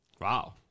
wow